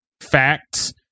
facts